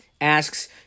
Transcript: asks